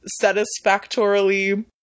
satisfactorily